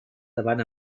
davant